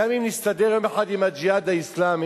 גם אם נסתדר יום אחד עם "הג'יהאד האסלאמי",